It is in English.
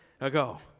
ago